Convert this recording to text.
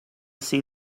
see